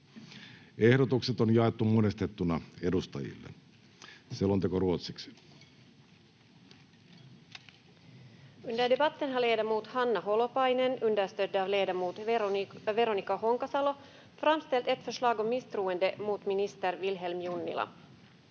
Ehdotukset on jaettu monistettuna edustajille. (Pöytäkirjan